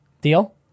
deal